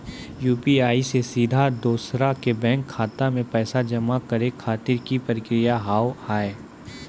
UPI से सीधा दोसर के बैंक खाता मे पैसा जमा करे खातिर की प्रक्रिया हाव हाय?